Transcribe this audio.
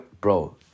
Bro